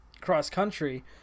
cross-country